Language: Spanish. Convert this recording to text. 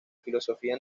filosofía